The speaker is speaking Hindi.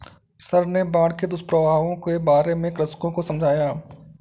सर ने बाढ़ के दुष्प्रभावों के बारे में कृषकों को समझाया